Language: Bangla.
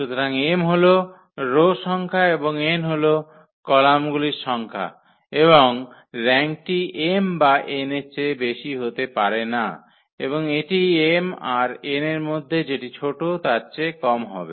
সুতরাং m হল রো সংখ্যা এবং n হল কলামগুলির সংখ্যা এবং র্যাঙ্কটি m বা n এর চেয়ে বেশি হতে পারে না এবং এটি m আর n এর মধ্যে যেটি ছোট তার চেয়ে কম হবে